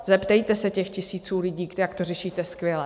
Zeptejte se těch tisíců lidí, jak to řešíte skvěle.